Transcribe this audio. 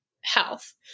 health